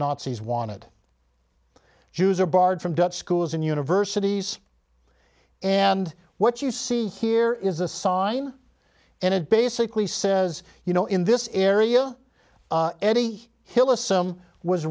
nazis wanted jews are barred from dutch schools and universities and what you see here is a sign and it basically says you know in this area eddie hyllus some was